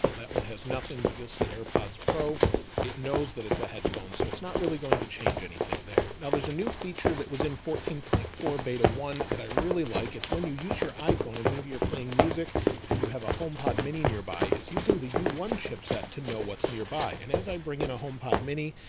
ah that one has nothing, but you'll see airpods pro it knows that it's a headphone, so it's not really going to change anything there. now there's a new feature that was in fourteen point four beta one that i really like it's when you use your iphone and maybe you're playing music and you have a home pod mini nearby, it's using the u one chip set to know what's nearby. and as i bring in a home pod mini,